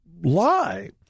lie